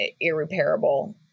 irreparable